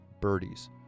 birdies